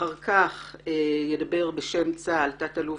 אחר כך ידבר תת אלוף